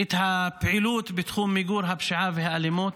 את הפעילות בתחום מיגור הפשיעה והאלימות,